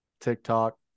TikTok